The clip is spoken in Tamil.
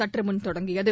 சற்று முன் தொடங்கியது